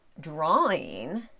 drawing